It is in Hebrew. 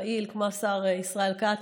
פעיל כמו השר ישראל כץ,